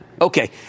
Okay